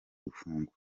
gufungwa